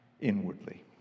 inwardly